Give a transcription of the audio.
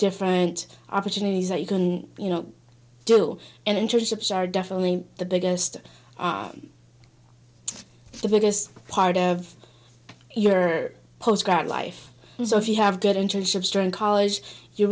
different opportunities or you can you know jill and internships are definitely the biggest the biggest part of your post grad life so if you have good internships during college you